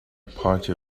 party